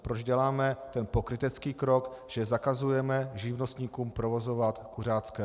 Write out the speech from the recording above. Proč děláme ten pokrytecký krok, že zakazujeme živnostníkům provozovat kuřácké restaurace?